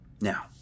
Now